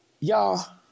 Y'all